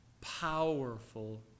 Powerful